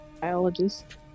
Biologist